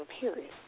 period